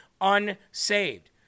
unsaved